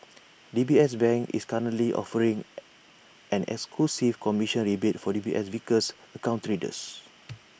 D B S bank is currently offering an exclusive commission rebate for D B S Vickers account traders